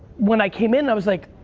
when i came in, i was like,